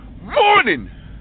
morning